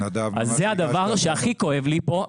זה הדבר שהכי כואב לי פה,